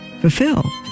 fulfill